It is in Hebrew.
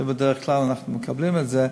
ובדרך כלל אנחנו מקבלים את זה.